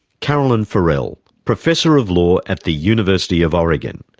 caroline forell, professor of law at the university of oregon.